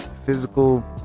physical